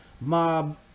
Mob